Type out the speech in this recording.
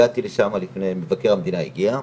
הגעתי לשם, מבקר המדינה הגיע,